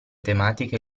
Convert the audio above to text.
tematiche